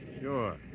Sure